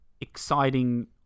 exciting